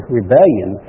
rebellion